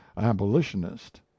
abolitionist